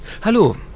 Hallo